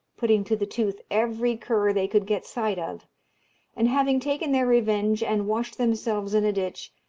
putting to the tooth every cur they could get sight of and having taken their revenge, and washed themselves in a ditch,